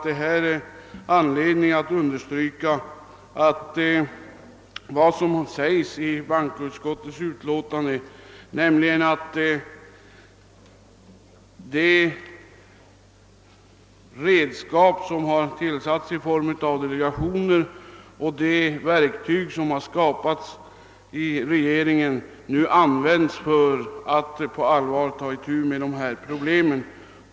Det är angeläget att understryka bankoutskottets utttalande att de redskap, som vi fått genom tillsättandet av delegationer och de andra möjligheter som regeringen skapat, nu bör användas för att man på allvar skall kunna ta itu med problemen.